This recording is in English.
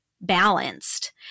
balanced